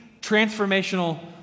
transformational